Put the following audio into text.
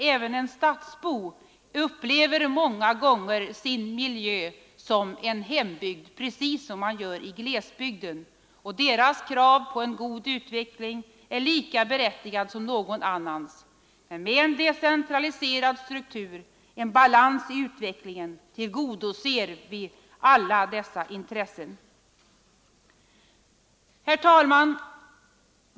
Även en stadsbo upplever många gånger sin miljö som en hembygd, precis som man gör i glesbygden. Och stadsbons krav på en god utveckling är lika berättigade som någon annans. Med en decentraliserad struktur och en balans i utvecklingen tillgodoser vi alla dessa intressen. Herr talman!